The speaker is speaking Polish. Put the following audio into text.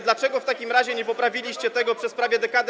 Dlaczego w takim razie nie poprawiliście tego przez prawie dekadę.